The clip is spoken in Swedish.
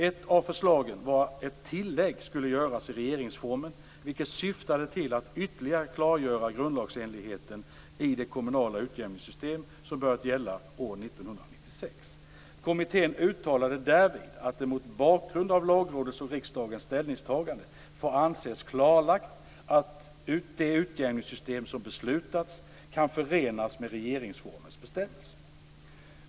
Ett av förslagen var att ett tillägg skulle göras i regeringsformen, vilket syftade till att ytterligare klargöra grundlagsenligheten i det kommunala utjämningssystem som börjat gälla år 1996. Kommittén uttalade därvid att det mot bakgrund av Lagrådets och riksdagens ställningstaganden får anses klarlagt att det utjämningssystem som beslutats kan förenas med regeringsformens bestämmelser.